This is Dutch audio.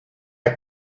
hij